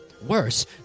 Worse